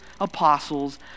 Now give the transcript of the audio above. apostles